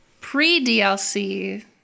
Pre-DLC